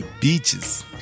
Beaches